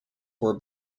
were